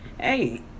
hey